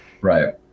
Right